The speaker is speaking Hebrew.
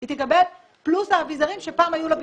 היא תקבל פלוס האביזרים שפעם היו לה בפנים.